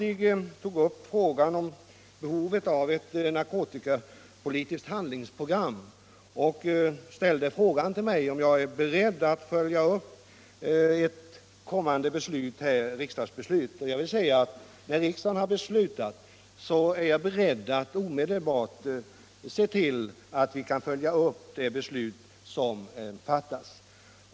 Herr Jadestig tog upp frågan om ett narkotikapolitiskt handlingsprogram och frågade mig om jag är beredd att följa upp ett kommande riksdagsbeslut. Jag vill säga att när riksdagen har beslutat är jag beredd att omedelbart se till att vi kan följa upp det beslut som fattats.